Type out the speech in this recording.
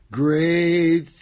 great